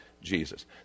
jesus